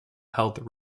health